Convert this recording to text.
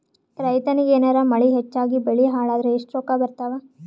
ರೈತನಿಗ ಏನಾರ ಮಳಿ ಹೆಚ್ಚಾಗಿಬೆಳಿ ಹಾಳಾದರ ಎಷ್ಟುರೊಕ್ಕಾ ಬರತ್ತಾವ?